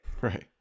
right